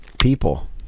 people